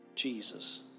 Jesus